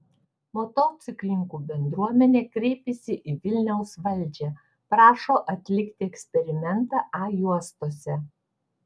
motociklininkų bendruomenė kreipėsi į vilniaus valdžią prašo atlikti eksperimentą a juostose